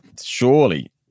surely